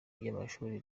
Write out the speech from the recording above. by’amashuri